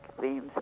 themes